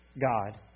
God